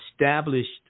established